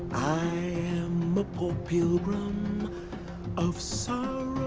i am a poor pilgrim of sorrow